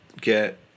get